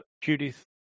Judith